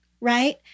right